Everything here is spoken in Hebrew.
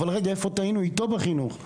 אבל רגע, איפה טעינו איתו בחינוך?